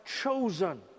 chosen